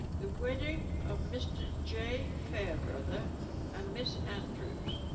the wedding of mr j fairbrother and miss andrews.